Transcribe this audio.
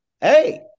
Hey